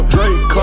Drake